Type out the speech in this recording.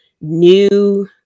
new